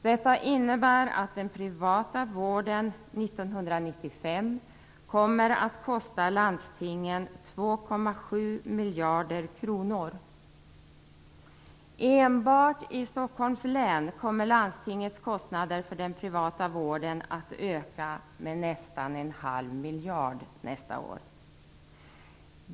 Detta innebär att den privata vården år 1995 kommer att kosta landstingen 2,7 miljarder kronor. Enbart i Stockholms län kommer landstingets kostnader för den privata vården att öka med nästan en halv miljard nästa år.